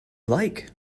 like